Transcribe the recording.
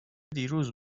دیروز